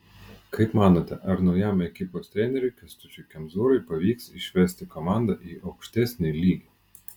kaip manote ar naujam ekipos treneriui kęstučiui kemzūrai pavyks išvesti komandą į aukštesnį lygį